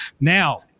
now